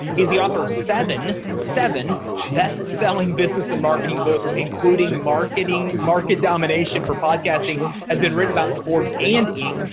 he's the author of seven, seven best-selling business and marketing books including marketing market domination for podcasting has been read about in forbes and inc.